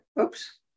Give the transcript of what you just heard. Oops